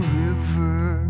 river